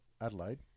Adelaide